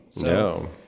No